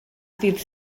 ddydd